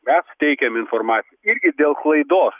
mes teikiam informaciją irgi dėl klaidos